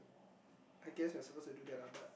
I guess we are supposed to do that lah but